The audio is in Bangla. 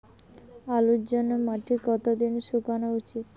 আলুর জন্যে মাটি কতো দিন শুকনো উচিৎ?